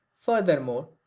Furthermore